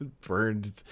burned